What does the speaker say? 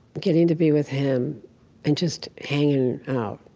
getting to be with him and just hanging out